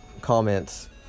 comments